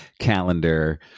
calendar